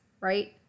Right